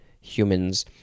humans